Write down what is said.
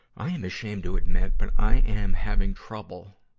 i am ashamed to admit, but i am having trouble